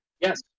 Yes